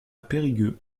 périgueux